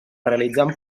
realitzant